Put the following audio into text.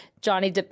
johnny